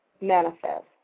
manifest